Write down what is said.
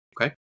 Okay